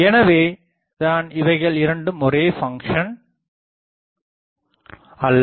எனவே தான் இவைகள் இரண்டும் ஒரே பங்க்சன் அல்ல